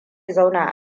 zauna